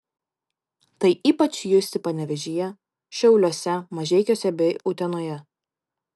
tai ypač justi panevėžyje šiauliuose mažeikiuose bei utenoje